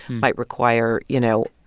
might require, you know,